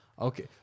Okay